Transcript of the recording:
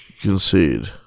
concede